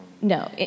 No